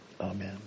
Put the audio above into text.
Amen